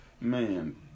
Man